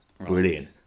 Brilliant